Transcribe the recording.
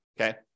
okay